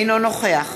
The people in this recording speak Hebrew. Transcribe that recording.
אינו נוכח